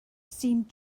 seemed